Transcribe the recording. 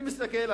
אני מסתכל,